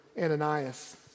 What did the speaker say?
Ananias